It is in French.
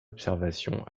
observation